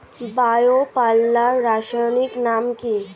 Bio পাল্লার রাসায়নিক নাম কি?